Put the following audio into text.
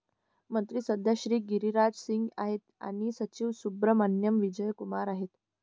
मंत्री सध्या श्री गिरिराज सिंग आहेत आणि सचिव सुब्रहमान्याम विजय कुमार आहेत